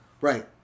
Right